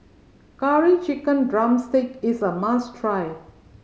Curry Chicken drumstick is a must try